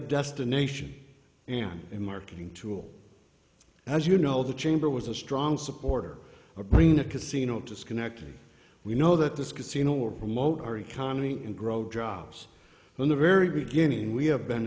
destination an in marketing tool as you know the chamber was a strong supporter of bringing a casino to schenectady we know that this casino or promote our economy and grow jobs in the very beginning we have been